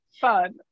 fun